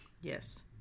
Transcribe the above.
Yes